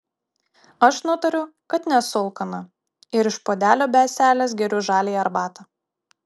aš nutariu kad nesu alkana ir iš puodelio be ąselės geriu žaliąją arbatą